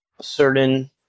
certain